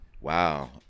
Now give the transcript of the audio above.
Wow